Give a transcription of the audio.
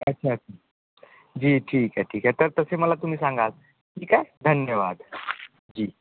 अच्छा जी जी ठीक आहे ठीक आहे तर तसे मला तुम्ही सांगाल ठीक आहे धन्यवाद जी